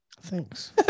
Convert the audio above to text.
Thanks